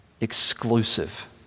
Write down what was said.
exclusive